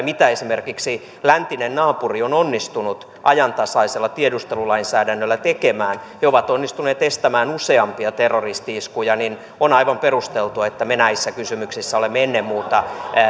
mitä esimerkiksi läntinen naapuri on onnistunut ajantasaisella tiedustelulainsäädännöllä tekemään he ovat onnistuneet estämään useampia terroristi iskuja niin on aivan perusteltua että me ennen muuta näissä kysymyksissä olemme